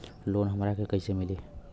Loan हमरा के कईसे मिली?